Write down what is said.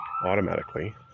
Automatically